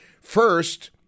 First